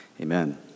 Amen